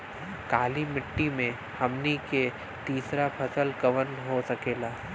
काली मिट्टी में हमनी के तीसरा फसल कवन हो सकेला?